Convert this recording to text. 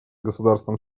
государством